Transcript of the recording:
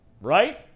right